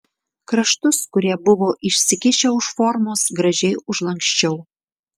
kraštus kurie buvo išsikišę už formos gražiai užlanksčiau